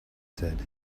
said